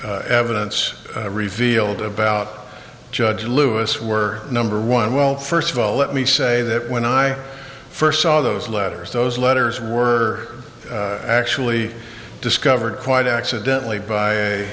later evidence revealed about judge lewis were number one well first of all let me say that when i first saw those letters those letters were actually discovered quite accidentally by